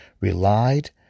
relied